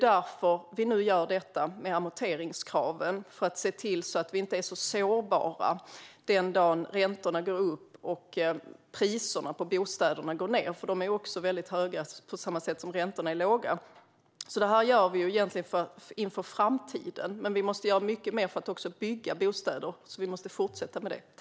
Amorteringskraven införs för att vi inte ska vara så sårbara den dag räntorna går upp och priserna på bostäderna går ned, för nu är de priserna väldigt höga och räntorna väldigt låga. Vi gör alltså detta inför framtiden. Vi måste också fortsätta att göra mycket mer för att bygga fler bostäder.